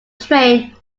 train